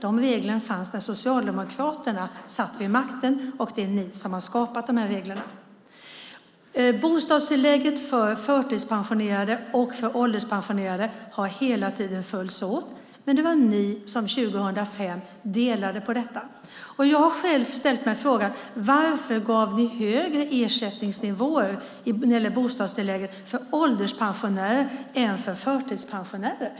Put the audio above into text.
De reglerna fanns när Socialdemokraterna satt vid makten, och det är ni som har skapat de här reglerna. Bostadstillägget för förtidspensionerade och för ålderspensionerade har hela tiden följts åt, men det var ni som 2005 delade på detta. Jag har själv ställt mig frågan: Varför gav ni högre ersättningsnivåer när det gäller bostadstillägget för ålderspensionärer än för förtidspensionärer?